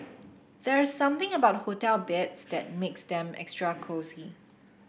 there's something about hotel beds that makes them extra cosy